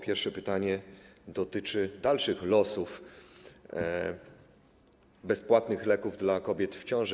Pierwsze pytanie dotyczy dalszych losów bezpłatnych leków dla kobiet w ciąży.